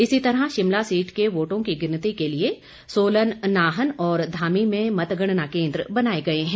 इसी तरह शिमला सीट के वोटों की गिनती के लिये सोलन नाहन और धामी में मतगणना केंद्र बनाए गए हैं